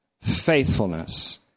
faithfulness